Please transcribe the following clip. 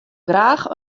graach